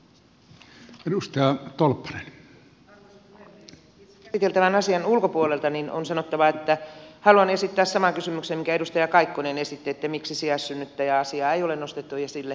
itse käsiteltävän asian ulkopuolelta on sanottava että haluan esittää saman kysymyksen minkä edustaja kaikkonen esitti että miksi sijaissynnyttäjä asiaa ei ole nostettu esille